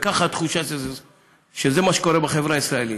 וזו התחושה, זה מה שקורה בחברה הישראלית.